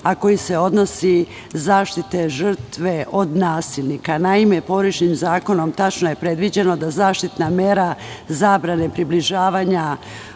a koji se odnosi na zaštitu žrtve od nasilnika. Naime, porodičnim zakonom tačno je predviđeno da zaštitna mera zabrane približivanja